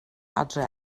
adre